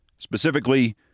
Specifically